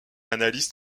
analystes